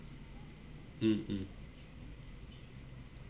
mm mm